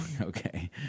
okay